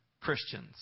Christians